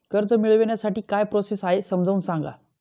कर्ज मिळविण्यासाठी काय प्रोसेस आहे समजावून सांगा